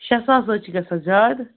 شےٚ ساس حظ چھِ گژھان زیادٕ